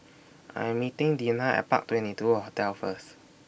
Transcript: I'm meeting Dinah At Park twenty two Hotel First